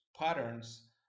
patterns